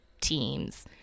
teams